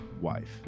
wife